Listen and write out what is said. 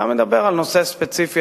אתה מדבר על נושא ספציפי.